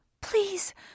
Please